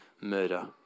murder